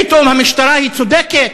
פתאום המשטרה היא צודקת?